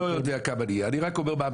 לא יודע כמה נהיה, אני רק אומר מה המציאות.